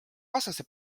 vastase